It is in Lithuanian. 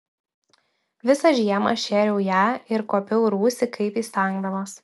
visą žiemą aš šėriau ją ir kuopiau rūsį kaip įstengdamas